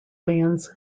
bands